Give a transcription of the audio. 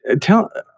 tell